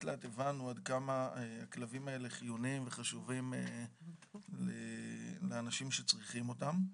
לאט הבנו עד כמה הכלבים האלה חיוניים וחשובים לאנשים שצריכים אותם.